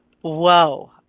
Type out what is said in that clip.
Whoa